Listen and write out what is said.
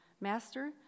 Master